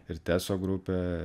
ir teso grupė